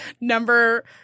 number